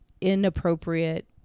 inappropriate